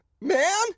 man